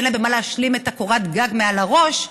שאין להם במה להשלים את קורת הגג מעל הראש,